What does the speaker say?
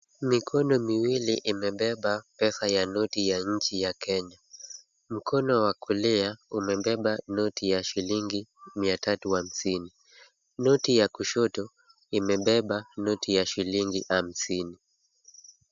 Mikono miwili imebeba pesa ya noti ya nchi ya Kenya. Mkono wa kulia umebeba noti ya shilingi mia tatu hamsini. Noti ya kushoto imebeba noti ya shilingi hamsini.